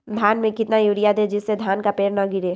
धान में कितना यूरिया दे जिससे धान का पेड़ ना गिरे?